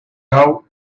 all